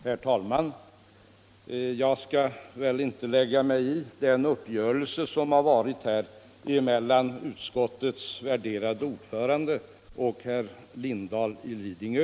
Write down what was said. Herr talman! Jag skall väl inte lägga mig i uppgörelsen mellan utskottets värderade ordförande och herr Lindahl i Lidingö.